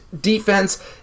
defense